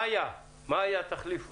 מאיה תחליף אותו.